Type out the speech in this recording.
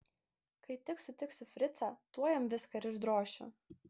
kai tik sutiksiu fricą tuoj jam viską ir išdrošiu